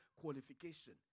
qualification